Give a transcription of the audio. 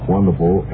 Wonderful